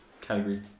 category